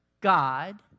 God